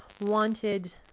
wanted